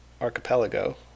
archipelago